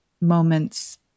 moments